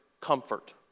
comfort